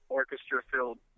orchestra-filled